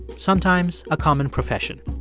sometimes a common profession.